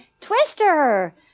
Twister